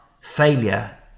failure